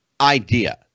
idea